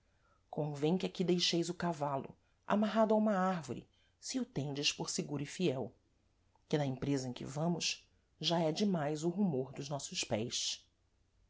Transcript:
jardim convêm que aqui deixeis o cavalo amarrado a uma árvore se o tendes por seguro e fiel que na emprêsa em que vamos já é de mais o rumor dos nossos pés